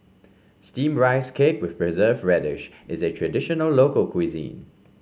steamed Rice Cake with preserve radish is a traditional local cuisine